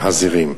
משפעת החזירים,